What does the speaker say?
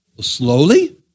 Slowly